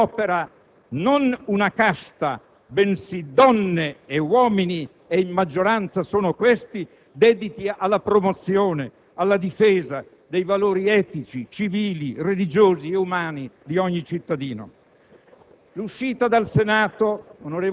non opaco però, nella quale operi non una casta, bensì donne e uomini, e in maggioranza sono questi, dediti alla promozione e alla difesa dei valori etici, civili, religiosi, umani di ogni cittadino.